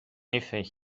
effet